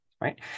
Right